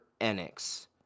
Enix